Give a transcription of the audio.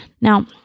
Now